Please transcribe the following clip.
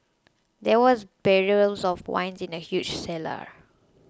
there was barrels of wine in the huge cellar